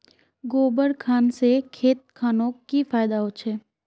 गोबर खान से खेत खानोक की फायदा होछै?